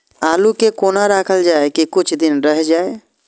आलू के कोना राखल जाय की कुछ दिन रह जाय?